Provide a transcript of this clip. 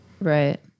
Right